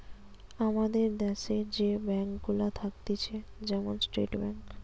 আমাদের দ্যাশে যে ব্যাঙ্ক গুলা থাকতিছে যেমন স্টেট ব্যাঙ্ক